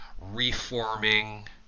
reforming